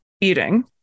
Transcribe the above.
eating